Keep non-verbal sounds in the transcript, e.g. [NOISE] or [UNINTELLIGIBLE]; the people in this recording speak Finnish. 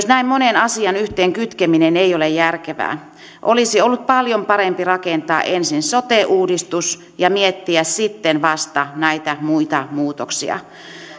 [UNINTELLIGIBLE] näin monen asian yhteen kytkeminen ei ole järkevää olisi ollut paljon parempi rakentaa ensin sote uudistus ja miettiä sitten vasta näitä muita muutoksia